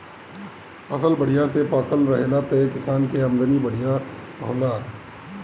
फसल बढ़िया से पाकल रहेला त किसान के आमदनी बढ़िया होला